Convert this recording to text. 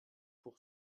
pour